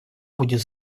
будет